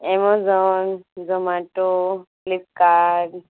amazon Zomato Flipkart